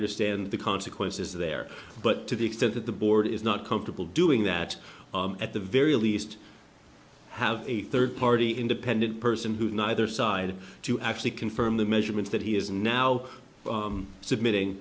understand the consequences there but to the extent that the board is not comfortable doing that at the very least have a third party independent person who neither side to actually confirm the measurements that he is now submitting